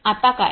आता काय